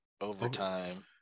overtime